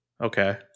Okay